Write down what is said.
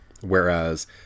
Whereas